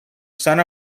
son